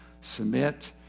Submit